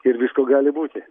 ir visko gali būti